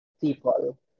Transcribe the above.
people